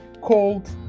called